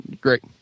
Great